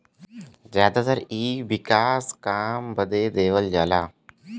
जादातर इ विकास काम बदे देवल जाला